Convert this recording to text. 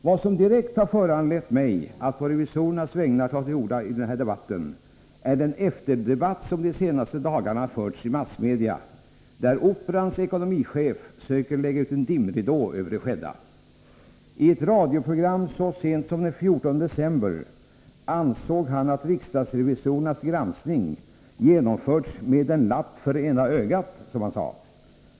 Vad som direkt föranlett mig att på revisorernas vägnar ta till orda i denna debatt är den efterdebatt som de senaste dagarna förts i massmedia, där Operans ekonomichef söker lägga ut en dimridå över det skedda. I ett radioprogram så sent som den 14 december ansåg han att riksdagsrevisorernas granskning genomförts med ”en lapp för ena ögat”, som han sade.